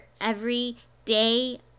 everyday